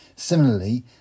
Similarly